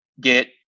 get